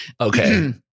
Okay